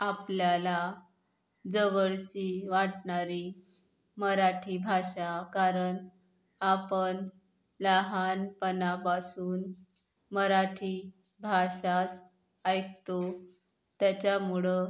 आपल्याला जवळची वाटणारी मराठी भाषा कारण आपण लहानपणापासून मराठी भाषाच ऐकतो त्याच्यामुळं